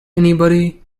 anybody